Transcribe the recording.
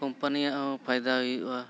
company ᱼᱟᱜ ᱦᱚᱸ ᱯᱷᱟᱭᱫᱟ ᱦᱩᱭᱩᱜᱼᱟ